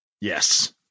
Yes